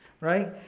Right